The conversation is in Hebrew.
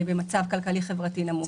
במצב כלכלי-חברתי נמוך.